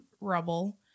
rubble